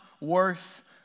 worth